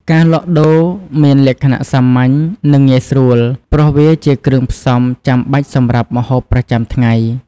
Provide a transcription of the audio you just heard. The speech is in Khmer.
ការលក់ដូរមានលក្ខណៈសាមញ្ញ និងងាយស្រួល ព្រោះវាជាគ្រឿងផ្សំចាំបាច់សម្រាប់ម្ហូបប្រចាំថ្ងៃ។